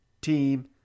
team